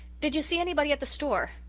did you see anybody at the store?